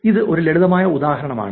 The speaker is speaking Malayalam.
ഇത് ഒരു ലളിതമായ ഉദാഹരണം ആണ്